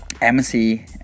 MC